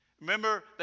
Remember